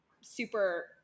super